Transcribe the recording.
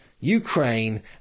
Ukraine